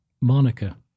Monica